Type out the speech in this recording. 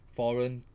foreign